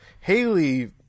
Haley